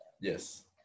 Yes